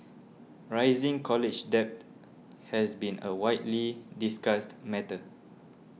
rising college debt has been a widely discussed matter